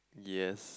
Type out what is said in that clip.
yes